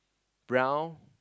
brown